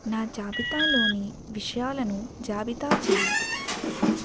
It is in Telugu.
నా జాబితాలోని విషయాలను జాబితా చెయ్యి